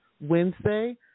Wednesday